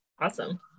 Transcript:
Awesome